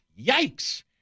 Yikes